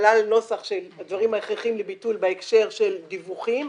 שכלל נוסח של הדברים ההכרחיים לביטול בהקשר של דיווחים.